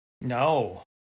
No